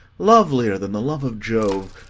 lovelier than the love of jove,